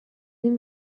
این